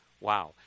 Wow